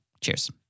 Cheers